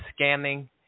scamming